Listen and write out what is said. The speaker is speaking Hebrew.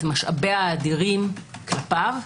את משאביה האדירים כלפיו,